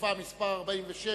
דחופה מס' 46,